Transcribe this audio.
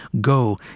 Go